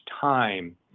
time